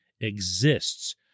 exists